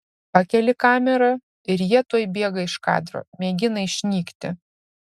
pakeli kamerą ir jie tuoj bėga iš kadro mėgina išnykti